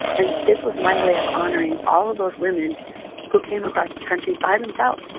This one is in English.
and this was my way of honoring all of those women who came across the country by themselves.